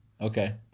Okay